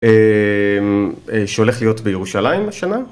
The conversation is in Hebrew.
שהולך להיות בירושלים השנה.